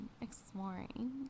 exploring